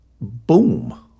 boom